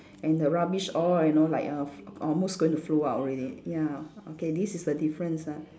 and the rubbish all you know like of almost going to flow out already ya okay this is a difference ah